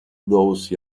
those